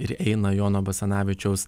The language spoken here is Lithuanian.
ir eina jono basanavičiaus